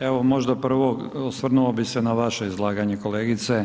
evo možda prvo osvrnuo bi se na vaše izlaganje, kolegice.